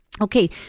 Okay